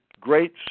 great